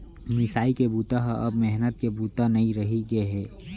मिसाई के बूता ह अब मेहनत के बूता नइ रहि गे हे